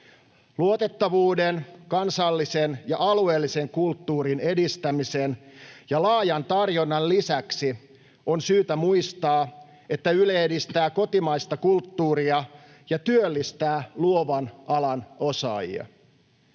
Luotettavuuden, kansallisen ja alueellisen kulttuurin edistämisen ja laajan tarjonnan lisäksi on syytä muistaa, että Yle edistää kotimaista kulttuuria ja työllistää luovan alan osaajia.